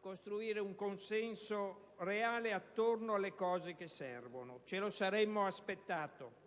costruire un consenso reale attorno alle cose che servono. Ce lo saremmo aspettato,